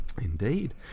Indeed